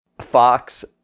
Fox